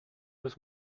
was